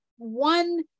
one